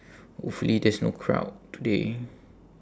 hopefully there's no crowd today